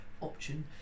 option